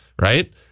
right